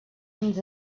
ens